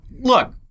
look